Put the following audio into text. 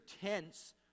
tense